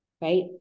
right